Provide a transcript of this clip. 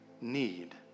need